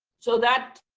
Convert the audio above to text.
so that,